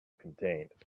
contained